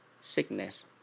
sickness